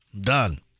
Done